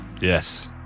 Yes